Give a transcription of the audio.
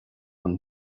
don